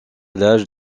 l’âge